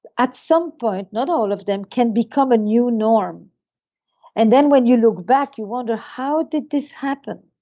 at some point, not all of them, can become a new norm and then when you look back you wonder how did this happen.